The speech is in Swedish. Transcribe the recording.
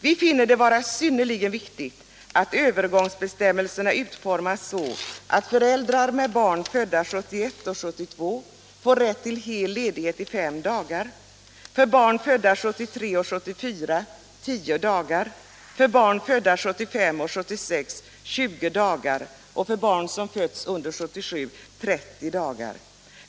Vi finner det vara synnerligen viktigt att övergångsbestämmelserna utformas så att föräldrar med barn födda 1971 och 1972 får rätt till hel ledighet i 5 dagar, för barn födda 1973 och 1974 10 dagar, för barn födda 1975 och 1976 20 dagar och för barn som fötts under 1977 30 dagar.